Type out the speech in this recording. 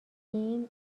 این